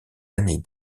années